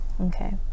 okay